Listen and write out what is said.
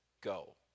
go